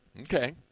okay